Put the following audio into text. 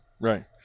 right